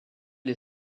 les